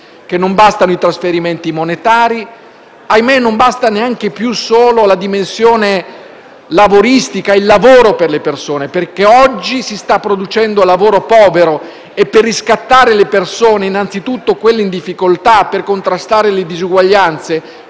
non bastano i trasferimenti monetari e ahimè non basta neanche più solo la dimensione lavoristica per le persone, perché oggi si sta producendo lavoro povero e per riscattare le persone, innanzitutto quelle in difficoltà, per contrastare le disuguaglianze,